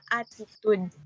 attitude